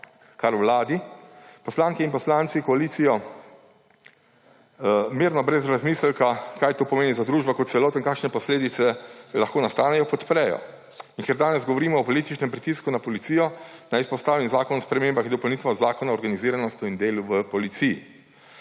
kar v vladi. Poslanke in poslanci koalicije mirno, brez razmisleka, kaj to pomeni za družbo kot celoto in kakšne posledice lahko nastanejo, podprejo. In ker danes govorimo o političnem pritisku na policijo, naj izpostavim Zakon o spremembah in dopolnitvah Zakona o organiziranosti in delu v policiji.